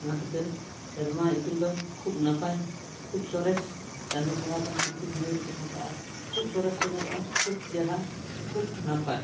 ᱚᱱᱟ ᱠᱷᱟᱹᱛᱤᱨ ᱥᱮᱨᱢᱟ ᱤᱯᱤᱞ ᱫᱚ ᱠᱷᱩᱵᱽ ᱱᱟᱯᱟᱭ ᱠᱷᱩᱵᱽ ᱥᱚᱨᱮᱥ ᱪᱟᱸᱫᱳ ᱵᱚᱸᱜᱟ ᱠᱷᱚᱱ ᱠᱤᱪᱷᱩ ᱥᱟᱺᱜᱤᱧ ᱨᱮᱠᱚ ᱛᱟᱦᱮᱸ ᱠᱚᱜᱼᱟ ᱟᱨ ᱠᱷᱩᱵᱽ ᱥᱚᱨᱮᱥ ᱠᱚ ᱧᱮᱞᱚᱜᱼᱟ ᱠᱷᱩᱵᱽ ᱪᱮᱦᱨᱟ ᱠᱷᱩᱵᱽ ᱱᱟᱯᱟᱭ